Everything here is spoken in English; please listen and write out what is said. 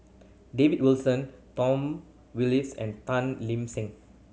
David Wilson Tom and Tan Seng